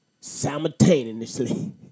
Simultaneously